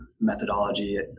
methodology